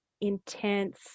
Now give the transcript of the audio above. intense